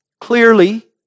clearly